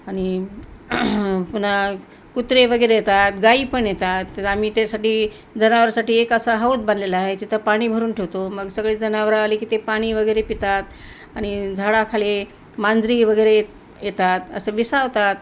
आणि पुन्हा कुत्रे वगैरे येतात गाई पण येतात तर आम्ही त्यासाठी जनावरासाठी एक असा हौद बांधलेला आहे तिथं पाणी भरून ठेवतो मग सगळे जनावरं आले की ते पाणी वगैरे पितात आणि झाडाखाली मांजरी वगैरे य येतात असं विसावतात